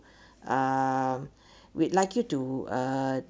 um we'd like you to uh